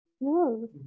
no